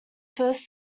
first